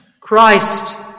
Christ